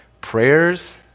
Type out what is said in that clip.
prayers